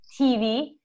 TV